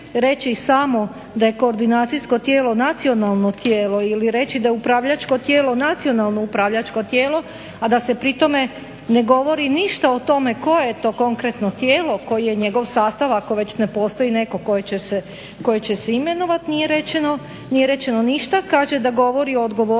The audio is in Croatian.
Reći samo da je koordinacijsko tijelo nacionalno tijelo ili reći da je upravljačko tijelo nacionalno upravljačko tijelo, a da se pri tome ne govori ništa o tome koje je to konkretno tijelo, koji je njegov sastav ako već ne postoji neko koje će se imenovati nije rečeno. Nije rečeno ništa. Kaže da govori o odgovornosti